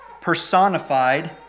personified